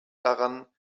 daran